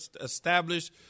established